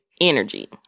energy